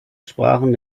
sprachen